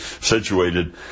situated